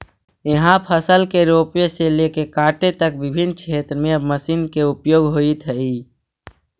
इहाँ फसल के रोपे से लेके काटे तक विभिन्न क्षेत्र में अब मशीन के उपयोग होइत हइ